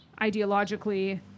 ideologically